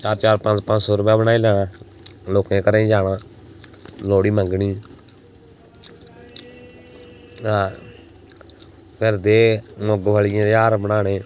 चार चार पंज पंज सौ रपेआ बनाई लैना लोकें दे घरें जाना लोह्ड़ी मंगनी आ फिर दे मुंगफल्लियें दे हार बनाने